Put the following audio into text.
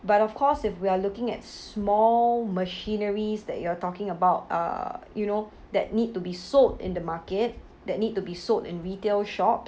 but of course if we are looking at small machineries that you are talking about uh you know that need to be sold in the market that need to be sold in retail shop